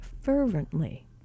fervently